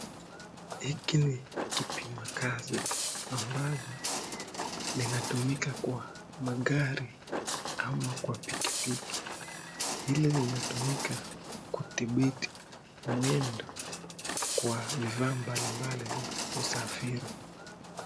Hiki ni kipima kazi ambazo linatumika kwa magari ama kwa pikipiki. Hili linatumika kudhibiti mwendo kwa vifaa mbalimbali vya kusafiri.